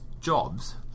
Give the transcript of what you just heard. jobs